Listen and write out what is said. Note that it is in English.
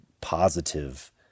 positive